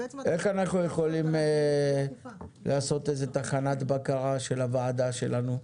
איך אנחנו יכולים לעשות תחנת בקרה של הוועדה שלנו,